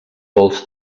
vols